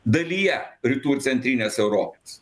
dalyje rytų ir centrinės europos